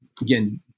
again